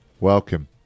Welcome